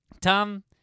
Tom